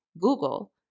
Google